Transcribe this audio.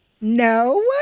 No